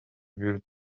bulle